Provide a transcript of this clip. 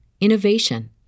innovation